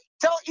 tell